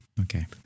Okay